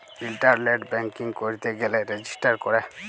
ইলটারলেট banking ক্যইরতে গ্যালে register ক্যরে